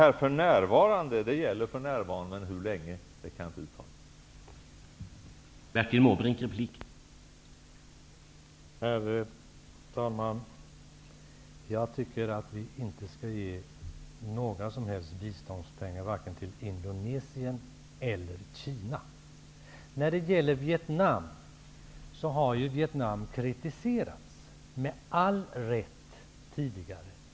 Detta ''för närvarande'' gäller för närvarande, hur länge kan jag inte uttala mig om.